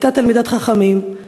הייתה תלמידת חכמים,